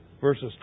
verses